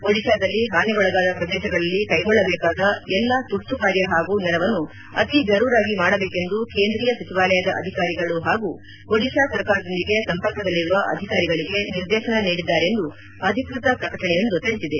ಒಡಿಶಾದಲ್ಲಿ ಹಾನಿಗೊಳಗಾದ ಪ್ರದೇಶಗಳಲ್ಲಿ ಕೈಗೊಳ್ಳಬೇಕಾದ ಎಲ್ಲಾ ತುರ್ತು ಕಾರ್ಯ ಹಾಗೂ ನೆರವನ್ನು ಅರ್ತಿ ಜರೂರಾಗಿ ಮಾಡಬೇಕೆಂದು ಕೇಂದ್ರೀಯ ಸಚಿವಾಲಯ ಅಧಿಕಾರಿಗಳು ಹಾಗೂ ಒಡಿಶಾ ಸರ್ಕಾರದೊಂದಿಗೆ ಸಂಪರ್ಕದಲ್ಲಿರುವ ಅಧಿಕಾರಿಗಳಿಗೆ ನಿರ್ದೇಶನ ನೀಡಿದ್ದಾರೆಂದು ಅಧಿಕೃತ ಪ್ರಕಟಣೆಯೊಂದು ತಿಳಿಸಿದೆ